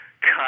cut